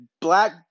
black